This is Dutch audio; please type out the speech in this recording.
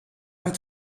gaat